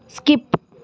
skip